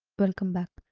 welcome back.